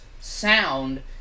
sound